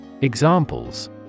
Examples